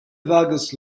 vargas